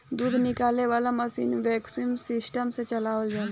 दूध निकाले वाला मशीन वैक्यूम सिस्टम से चलावल जाला